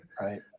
Right